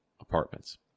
apartments